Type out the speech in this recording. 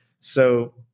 So-